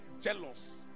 Jealous